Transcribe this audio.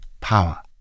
power